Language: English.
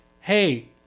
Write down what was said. hey